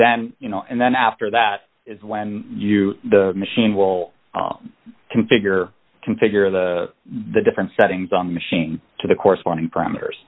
then you know and then after that is when you the machine will configure configure the the different settings on the machine to the corresponding parameters